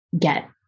get